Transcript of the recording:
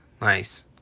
Nice